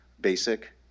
basic